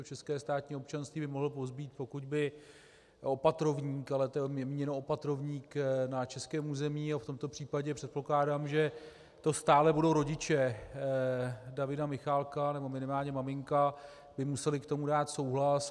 České státní občanství by mohl pozbýt, pokud by opatrovník, ale to je míněno opatrovník na českém území, v tomto případě předpokládám, že to stále budou rodiče Davida Michaláka nebo minimálně maminka, by museli k tomu dát souhlas.